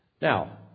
Now